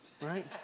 Right